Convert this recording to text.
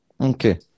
okay